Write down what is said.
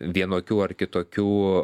vienokių ar kitokių